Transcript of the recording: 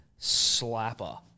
slapper